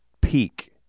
peak